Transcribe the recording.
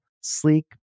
sleek